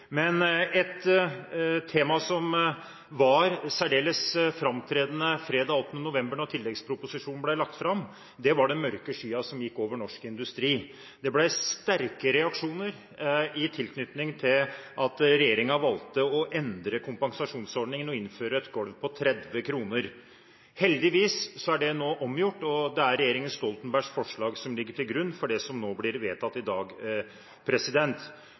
Men et tema som var særdeles framtredende da tilleggsproposisjonen ble lagt fram fredag 8. november, var den mørke skyen som gikk over norsk industri. Det kom sterke reaksjoner på at regjeringen valgte å endre kompensasjonsordningen og innføre et gulv på 30 kr. Heldigvis er det nå omgjort, og det er regjeringen Stoltenbergs forslag som ligger til grunn for det som blir vedtatt i dag.